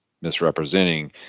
misrepresenting